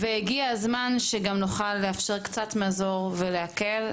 הגיע הזמן, שנוכל לאפשר קצת מזור ולהקל.